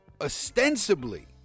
ostensibly